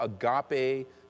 agape